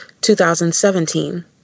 2017